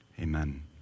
Amen